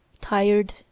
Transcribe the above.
Tired